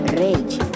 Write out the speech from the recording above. rage